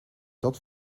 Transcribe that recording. dat